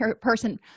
person